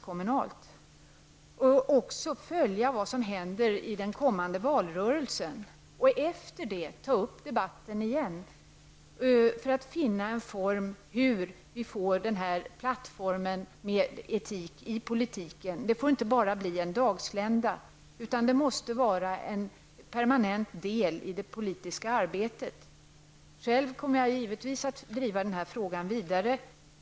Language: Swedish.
Vi bör också följa vad som händer i den kommande valrörelsen för att därefter återuppta debatten i förhoppning om att kunna finna en form för skapandet av en plattform för etik i politiken. Det får inte bli bara en dagslända, utan det måste vara en permanent del i det politiska arbetet. Själv kommer jag givetvis att driva den här frågan vidare.